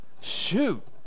Shoot